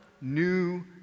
new